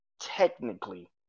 technically